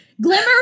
Glimmer